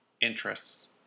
interests